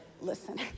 Listen